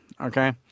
okay